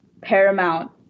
paramount